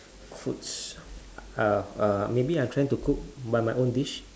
foods uh uh maybe I try to cook by my own dish